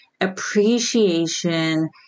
appreciation